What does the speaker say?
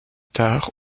tard